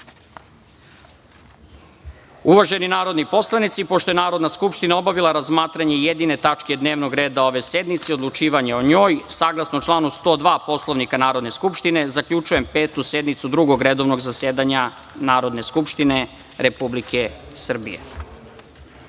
odluke. Uvaženi narodni poslanici, pošto je Narodna skupština obavila razmatranje jedine tačke dnevnog reda ove sednice i odlučivanje o njoj, saglasno članu 102. Poslovnika Narodne skupštine, zaključujem Petu sednicu Drugog redovnog zasedanja Narodne skupštine Republike Srbije.